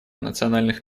национальных